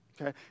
Okay